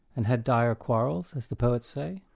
and had dire quarrels, as the poets say?